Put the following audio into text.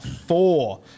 four